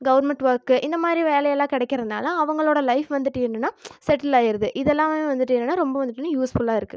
government work இந்த மாதிரி வேலையெல்லாம் கிடைக்கிறதுனால அவங்களோட லைஃப் வந்துவிட்டு என்னென்னா செட்டில் ஆயிருது இதெல்லாமே வந்துவிட்டு என்னென்னா ரொம்ப வந்துவிட்டு யூஸ்ஃபுல்லாக இருக்கு